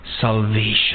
salvation